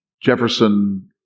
Jefferson